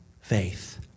faith